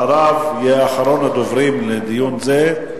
אחריו יהיה אחרון הדוברים בדיון זה,